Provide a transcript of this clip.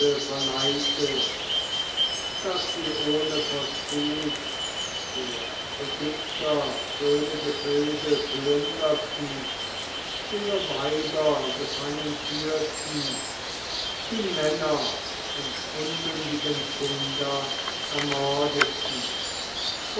verleitet daß sie ohne verzug der aigyptier schöne gefilde plünderten ihre weiber gefangen führten die männer und unmündigen kinder ermordeten